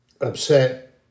upset